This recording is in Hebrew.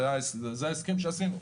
זה ההסכם שעשינו.